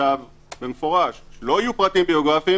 נכתב במפורש: לא יהיו פרטים ביוגרפיים